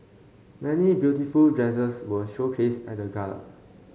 many beautiful dresses were showcased at the Gala